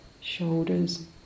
shoulders